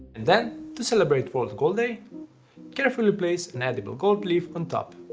and then, to celebrate world gold day carefully place an edible gold leaf on top.